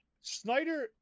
Snyder